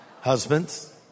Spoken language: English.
Husbands